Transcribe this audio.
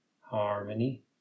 harmony